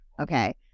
Okay